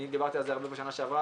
אני דיברתי על זה הרבה בשנה שעברה,